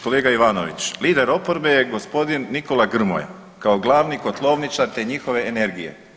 Kolega Ivanović, lider oporbe je gospodin Nikola Grmoja kao glavni kotlovničar te njihove energije.